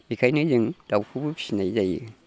बेखायनो जों दाउखौबो फिनाय जायो